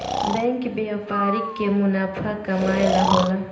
bank व्यापारिक मुनाफा कमाए ला होला